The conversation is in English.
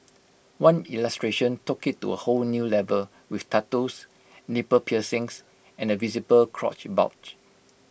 one illustration took IT to A whole new level with tattoos nipple piercings and A visible crotch bulge